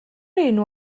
enw